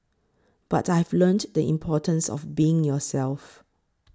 but I've learnt the importance of being yourself